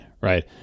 right